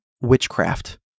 witchcraft